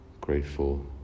Grateful